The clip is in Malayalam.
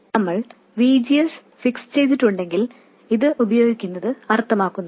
നമ്മൾ V G S ഫിക്സ് ചെയ്തിട്ടുണ്ടെങ്കിൽ ഇത് ഉപയോഗിക്കുന്നതിൽ അർത്ഥമുണ്ട്